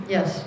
Yes